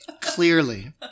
Clearly